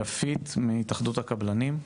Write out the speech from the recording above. יפית מהתאחדות הקבלנים.